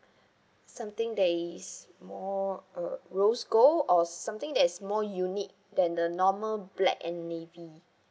something that's more uh rose gold or something that is more unique than the normal black and navy